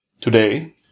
Today